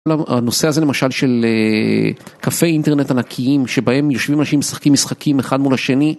הנושא הזה למשל של קפי אינטרנט ענקיים שבהם יושבים אנשים משחקים משחקים אחד מול השני